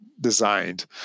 designed